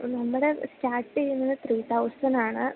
നമ്മുടെ സ്റ്റാർട്ട് ചെയ്യുന്നത് three thousand ആണ്